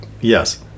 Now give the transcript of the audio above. Yes